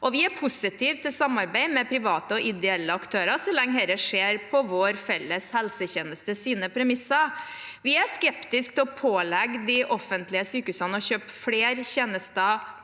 vi er positive til samarbeid med private og ideelle aktører så lenge det skjer på vår felles helsetjenestes premisser. Vi er skeptiske til å pålegge de offentlige sykehusene å kjøpe flere tjenester